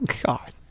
god